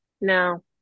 no